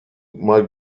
mike